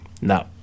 no